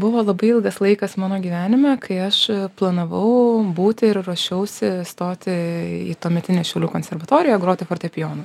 buvo labai ilgas laikas mano gyvenime kai aš planavau būti ir ruošiausi stoti į tuometinę šiaulių konservatoriją groti fortepijonu